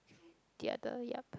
the other yup